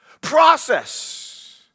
Process